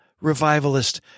revivalist